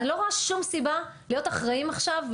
אני לא רואה שום סיבה להיות אחראים עכשיו,